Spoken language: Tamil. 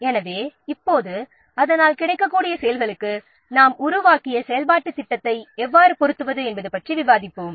எனவே இப்போது கிடைக்கக்கூடிய S களுக்கு நாம் உருவாக்கிய செயல்பாட்டுத் திட்டத்தை எவ்வாறு பொருத்துவது என்பது பற்றி விவாதிப்போம்